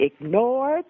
ignored